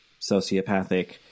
sociopathic